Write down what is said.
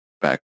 back